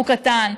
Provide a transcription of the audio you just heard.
הוא קטן.